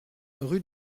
rue